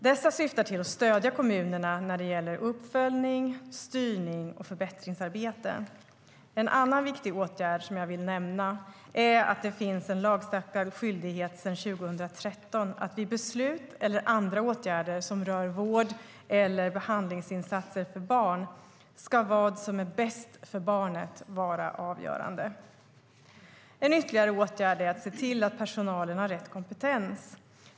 Dessa syftar till att stödja kommunerna när det gäller uppföljning, styrning och förbättringsarbete. En annan viktig åtgärd som jag vill nämna är att det finns en lagstadgad skyldighet sedan 2013 att vid beslut eller andra åtgärder som rör vård eller behandlingsinsatser för barn ska vad som är bäst för barnet vara avgörande. En ytterligare åtgärd är att se till att personalen har rätt kompetens.